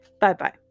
Bye-bye